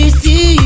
see